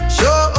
Show